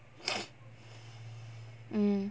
mm